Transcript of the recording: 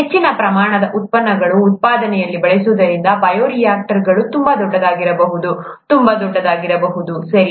ಹೆಚ್ಚಿನ ಪ್ರಮಾಣದ ಉತ್ಪನ್ನಗಳ ಉತ್ಪಾದನೆಯಲ್ಲಿ ಬಳಸುವುದರಿಂದ ಬಯೋರಿಯಾಕ್ಟರ್ಗಳು ತುಂಬಾ ದೊಡ್ಡದಾಗಿರಬಹುದು ತುಂಬಾ ದೊಡ್ಡದಾಗಿರಬಹುದು ಸರಿ